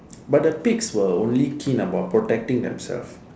but the pigs were only keen about protecting themselves